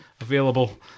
available